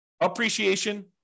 appreciation